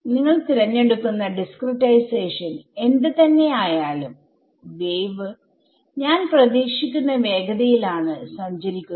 നിങ്ങൾ തിരഞ്ഞെടുക്കുന്ന ഡിസ്ക്രിടൈസേഷൻ എന്ത് തന്നെ ആയാലും വേവ് ഞാൻ പ്രതീക്ഷിക്കുന്ന വേഗതയിൽ ആണ് സഞ്ചരിക്കുന്നത്